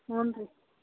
ಹ್ಞೂ ರೀ